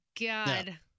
God